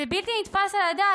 זה לא מתקבל על הדעת,